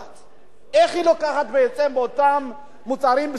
איך היא לוקחת בעצם באותם מוצרים בסיסיים מע"מ?